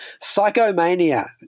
Psychomania